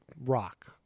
rock